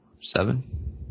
seven